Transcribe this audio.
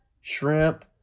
shrimp